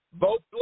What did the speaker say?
Vote